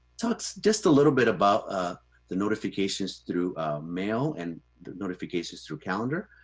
so it's just a little bit about ah the notifications through mail and notifications through calendar.